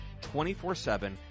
24-7